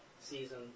season